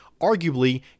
arguably